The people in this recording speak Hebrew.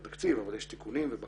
יש כבר תקציב אבל יש תיקונים ובקשות